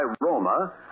Roma